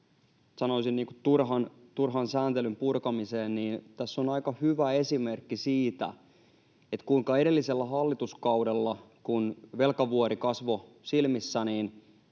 sanoisin, turhan sääntelyn purkamiseen, niin tässä on aika hyvä esimerkki siitä, kuinka edellisellä hallituskaudella, kun velkavuori kasvoi silmissä,